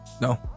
No